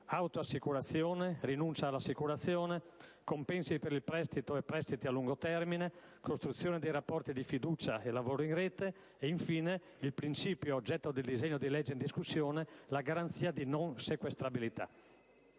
autoassicurazione, rinuncia all'assicurazione; compensi per il prestito e prestiti a lungo termine; costruzione dei rapporti di fiducia e lavoro in rete; e infine il principio, oggetto del disegno di legge in discussione, la garanzia di non sequestrabilità.